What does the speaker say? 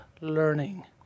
learning